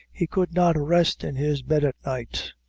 he could not rest in his bed at night.